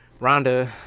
Rhonda